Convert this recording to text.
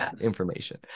information